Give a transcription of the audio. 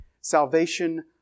Salvation